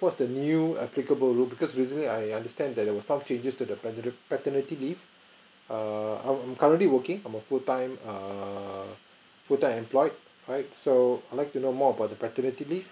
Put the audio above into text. what's the new applicable rule because recently I understand that there were some changes to the peterni~ paternity leave err I'm I'm currently working I'm a full time err full time employed alright so I'd like to know more about the paternity leave